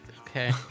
Okay